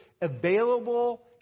available